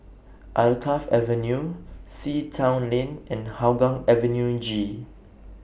Alkaff Avenue Sea Town Lane and Hougang Avenue G